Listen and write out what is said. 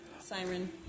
Siren